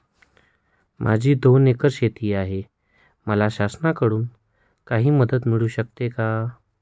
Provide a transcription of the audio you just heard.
माझी दोन एकर शेती आहे, मला शासनाकडून काही मदत मिळू शकते का?